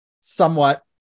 somewhat